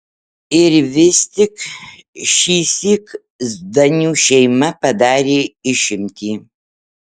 ir vis tik šįsyk zdanių šeima padarė išimtį